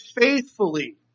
faithfully